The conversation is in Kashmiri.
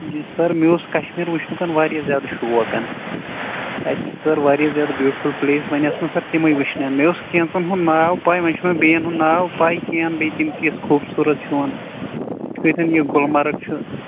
یہِ سَر مےٚ اوس کَشمیٖر وٕچھنُک واریاہ زیادٕ شوقن اَتہِ چھِ سَر واریاہ زیادٕ بیوٗٹِفُل پٕلیس وۄنۍ آسہٕ مےٚ سَر تِمٕے وٕچھنہِ مےٚ اوس کینژن ہُند ناو پاے وۄنۍ چھِ مےٚ بیٚین ہُند ناو پاے کیٚنٛہہ بیٚیہِ تِم کِژھ خوٗبصورت چھِ ون یِتھ کٔنۍ یہِ گُلمَرگ چھُ